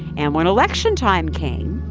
and when election time came,